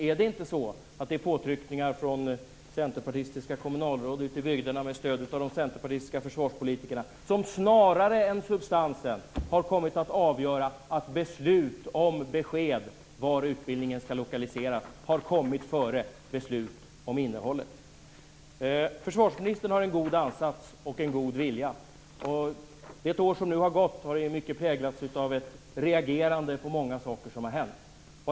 Är det inte så att det är påtryckningar från centerpartistiska kommunalråd ute i bygderna, med stöd av de centerpartistiska försvarspolitikerna, som snarare än substansen har kommit att avgöra att beslut om besked om var utbildningen skall lokaliseras har kommit före beslut om innehållet? Försvarsministern har en god ansats och en god vilja. Det år som nu har gått har i mycket präglats av ett reagerande på många saker som har hänt.